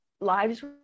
lives